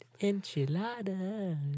Enchiladas